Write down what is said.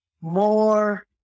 more